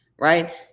right